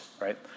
right